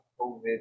COVID